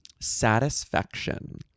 Satisfaction